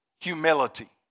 humility